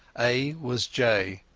a was j,